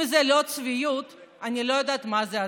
אם זו לא צביעות, אני לא יודעת מה זו צביעות.